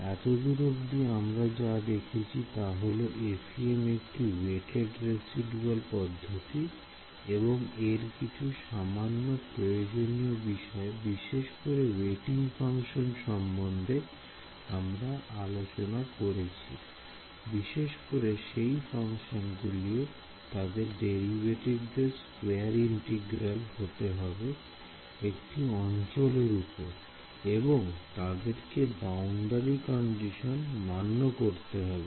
এত দূর আমরা যা দেখেছি তা হল FEM একটা ওয়েটেড রেসিদুয়াল পদ্ধতি এবং এর কিছু সামান্য প্রয়োজনীয় বিষয় বিশেষ করে ওয়েটিং ফাংশন সম্বন্ধে আমরা আলোচনা করেছি বিশেষ করে সেই ফাংশন গুলি ও তাদের ডেরিভেটিভদের স্কয়ার ইন্টিগ্রাবেল হতে হবে একটি অঞ্চলের উপরে এবং তাদেরকে বাউন্ডারি কন্ডিশন মান্য করতে হবে